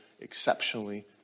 exceptionally